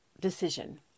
decision